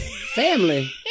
Family